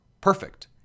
Perfect